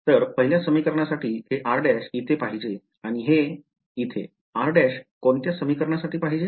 तर पहिल्या समिकरणासाठी हे r इथे पाहिजे आणि हे इथे r कोणत्या समिकरणासाठी पाहिजे